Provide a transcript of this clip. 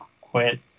quit